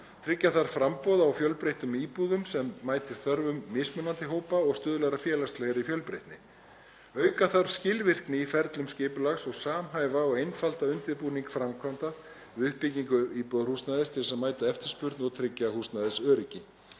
Tryggja þarf framboð á fjölbreyttum íbúðum sem mætir þörfum mismunandi hópa og stuðlar að félagslegri fjölbreytni. Auka þarf skilvirkni í ferlum skipulags og samhæfa og einfalda undirbúning framkvæmda við uppbyggingu íbúðarhúsnæðis til að mæta eftirspurn og tryggja húsnæðisöryggi.